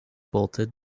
bolted